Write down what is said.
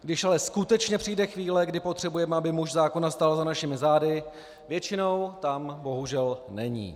Když ale skutečně přijde chvíle, kdy potřebujeme, aby muž zákona stál za našimi zády, většinou tam bohužel není.